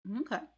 Okay